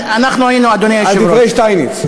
אנחנו היינו, אדוני היושב-ראש, על דברי שטייניץ.